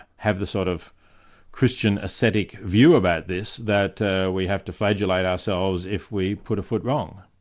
have the sort of christian ascetic view about this that we have to flagellate ourselves if we put a foot wrong.